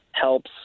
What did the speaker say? helps